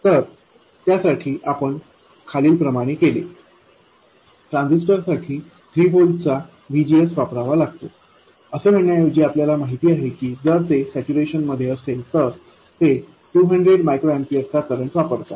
तर त्यासाठी आपण खालील प्रमाणे केले ट्रांजिस्टर साठी 3 V चाVGSवापरावा लागतो असे म्हणण्याऐवजी आपल्याला माहिती आहे की जर ते सॅच्यूरेशन मध्ये असेल तर ते 200 μA चा करंट वापरतात